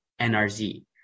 NRZ